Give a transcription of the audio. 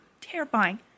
Terrifying